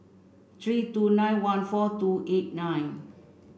three two nine one four two eight nine